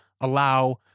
allow